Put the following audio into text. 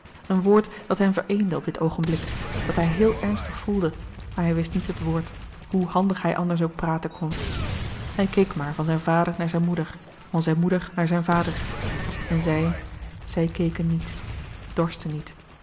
een woord dat hen vereende op dit oogenblik dat hij heel ernstig voelde maar hij wist niet het woord hoe handig hij anders ook praten kon hij keek maar van zijn vader naar zijn moeder van zijn moeder naar zijn vader en zij zij keken niet dorsten niet